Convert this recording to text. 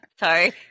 Sorry